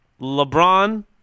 LeBron